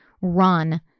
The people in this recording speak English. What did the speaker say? run